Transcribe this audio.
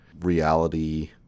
reality